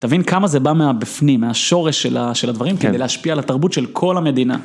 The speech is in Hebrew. תבין כמה זה בא מהבפנים, מהשורש של הדברים כדי להשפיע על התרבות של כל המדינה.